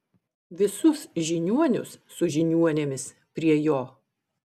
visus žiniuonius su žiniuonėmis prie jo